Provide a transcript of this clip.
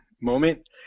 moment